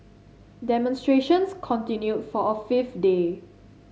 demonstrations continued for a fifth day